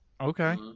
okay